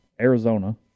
Arizona